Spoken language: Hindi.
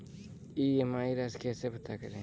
ई.एम.आई राशि कैसे पता करें?